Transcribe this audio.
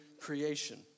creation